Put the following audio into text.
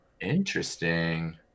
Interesting